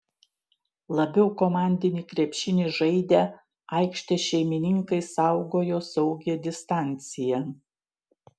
labiau komandinį krepšinį žaidę aikštės šeimininkai saugojo saugią distanciją